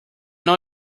know